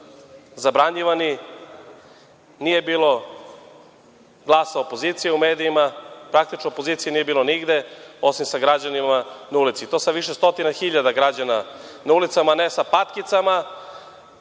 zabranjivani, nije bilo glasa opozicije u medijima. Praktično opozicije nije bilo nigde, osim sa građanima na ulici i to sa više stotina hiljada građana na ulicama, ne sa patkicama,